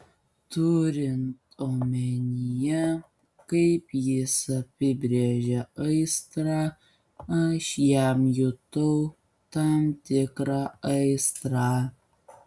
turint omenyje kaip jis apibrėžia aistrą aš jam jutau tam tikrą aistrą